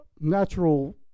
natural